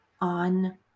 on